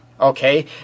okay